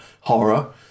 horror